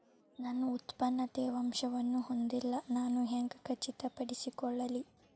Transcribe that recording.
ನನ್ನ ಉತ್ಪನ್ನ ತೇವಾಂಶವನ್ನು ಹೊಂದಿಲ್ಲಾ ನಾನು ಹೆಂಗ್ ಖಚಿತಪಡಿಸಿಕೊಳ್ಳಲಿ?